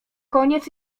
koniec